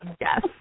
Yes